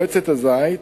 (מועצת הזיתים),